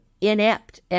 inept